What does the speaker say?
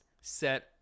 set